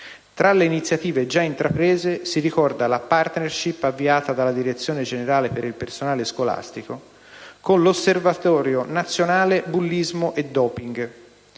Tra le iniziative già intraprese, si ricorda la *partnership* avviata dalla direzione generale per il personale scolastico con l'Osservatorio nazionale bullismo e *doping*,